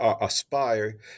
aspire